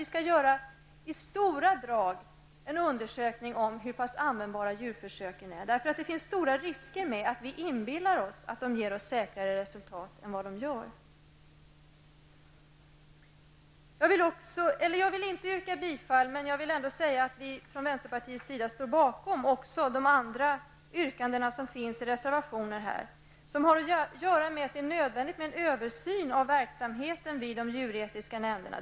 Vi skall göra en undersökning i stora drag om hur pass användbara djurförsöken är. Det finns stora risker med att vi inbillar oss att de ger oss säkrare resultat än vad de gör. Jag vill inte yrka bifall till men ändå säga att vi från vänsterpartiets sida står bakom de andra yrkanden som finns i reservationer och som går ut på att det är nödvändigt med en översyn av verksamheterna vid de djuretiska nämnderna.